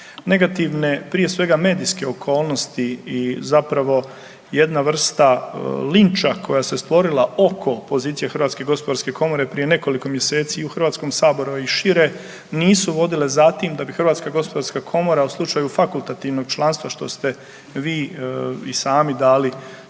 Negativne prije svega medijske okolnosti i zapravo jedna vrsta linča koja se stvorila oko pozicije HGK prije nekoliko mjeseci i u Hrvatskom saboru, a i šire nisu vodile za tim da bi HGK u slučaju fakultativnog članstva što ste vi i sami dali